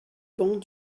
bancs